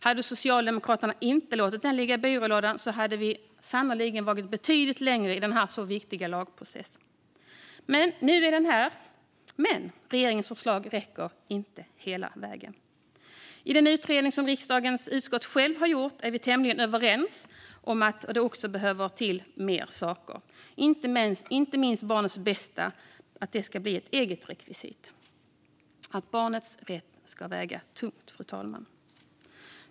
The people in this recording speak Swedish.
Hade Socialdemokraterna inte låtit den ligga i byrålådan hade vi sannerligen varit betydligt längre fram i denna så viktiga lagprocess. Nu är regeringens förslag i alla fall här, men det räcker inte hela vägen. I den utredning som riksdagens utskott har gjort är vi tämligen överens om att mer behövs, inte minst att barnets bästa ska bli ett eget rekvisit. Barnets rätt ska väga tungt, fru talman.